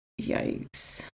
Yikes